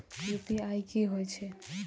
UPI की हेछे?